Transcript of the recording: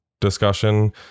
discussion